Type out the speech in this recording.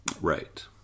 Right